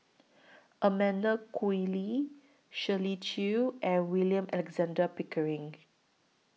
Amanda Koe Lee Shirley Chew and William Alexander Pickering